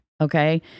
Okay